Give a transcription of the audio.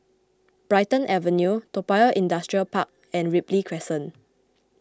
Brighton Avenue Toa Payoh Industrial Park and Ripley Crescent